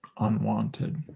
unwanted